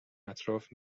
اطراف